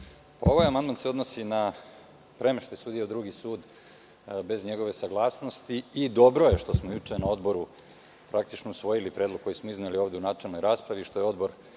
Ovaj amandman se odnosi na premeštaj sudija u drugi sud bez njegove saglasnosti i dobro je što smo juče na Odboru praktično usvoji predlog koji smo izneli ovde u načelnoj raspravi, što je kroz